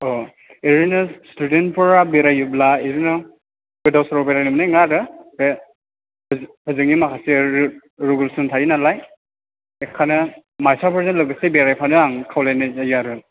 ओरैनो स्टुदेन्थफोरा बेरायोब्ला ओरैनो गोदाव सोराव बेरायनो मोननाय नङा आरो बे ओजोंनि माखासे रुल रेगुलेसन थायो नालाय बेखायनो मास्टारफोरजों लोगोसे बेरायफानो आं खावलायनाय जायो आरो